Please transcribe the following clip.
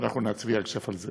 שאנחנו נצביע על זה עכשיו.